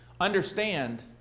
understand